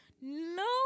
no